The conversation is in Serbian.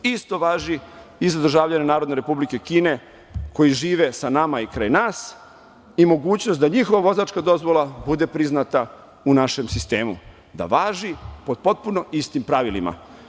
Isto važi i za državljane NRK koji žive sa nama i kraj nas i mogućnost da njihova vozačka dozvola bude priznata u našem sistemu, da važi pod potpuno istim pravilima.